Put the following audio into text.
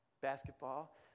basketball